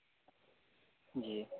جی